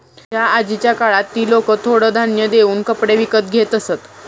माझ्या आजीच्या काळात ती लोकं थोडं धान्य देऊन कपडे विकत घेत असत